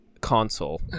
console